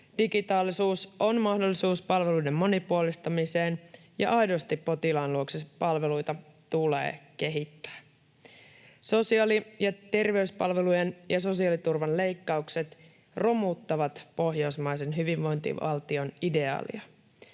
Digitaalisuus on mahdollisuus palveluiden monipuolistamiseen, ja aidosti tulee kehittää palveluita potilaan luokse. Sosiaali- ja terveyspalvelujen ja sosiaaliturvan leikkaukset romuttavat pohjoismaisen hyvinvointivaltion ideaalia.